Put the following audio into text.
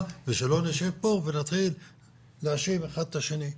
ושלא נשב פה ונתחיל להאשים אחד את השני.